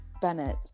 bennett